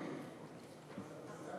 ההצעה